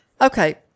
Okay